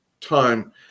time